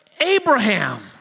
Abraham